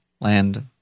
Land